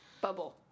bubble